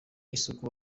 isuku